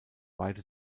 weite